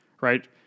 right